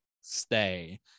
stay